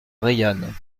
reillanne